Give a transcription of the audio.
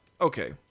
okay